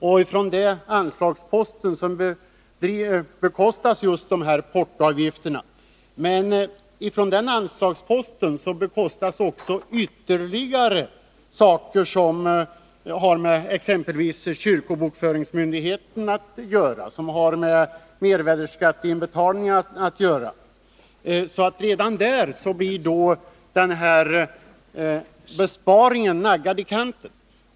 och att de portoavgifter som det gäller bekostas från denna anslagspost. Men från denna bekostas också en del ytterligare utgifter, som exempelvis har att göra med kyrkobokföringsåtgärder och mervärdeskatteinbetalningar. Redan därigenom blir besparingen naggad i kanten.